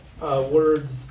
words